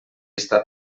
està